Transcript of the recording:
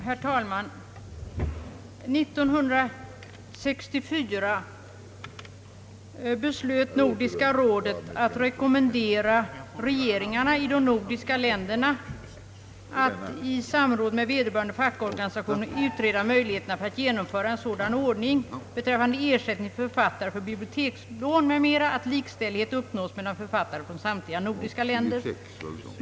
Herr talman! år 1964 beslöt Nordiska rådet att rekommendera regeringarna i de nordiska länderna att i samråd med vederbörande fackorganisationer utreda möjligheterna för att genomföra en sådan ordning beträffande ersättning till författare för bibliotekslån m.m. att likställighet uppnås mellan författare från samtliga nordiska länder.